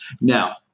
Now